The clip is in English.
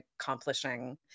accomplishing